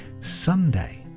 Sunday